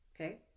Okay